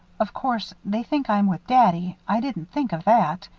of course they think i'm with daddy i didn't think of that.